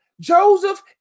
Joseph